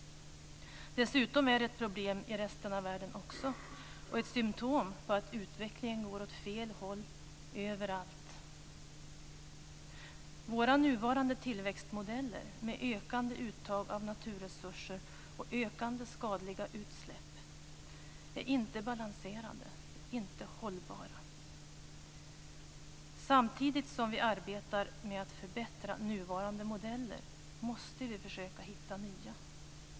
Dessutom är det ett problem i resten av världen också och ett symtom på att utvecklingen går åt fel håll överallt. Våra nuvarande tillväxtmodeller med ökande uttag av naturresurser och ökande skadliga utsläpp är inte balanserade och inte hållbara. Samtidigt som vi arbetar med att förbättra nuvarande modeller måste vi försöka hitta nya.